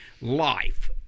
life